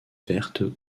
verte